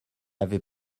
avait